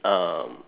um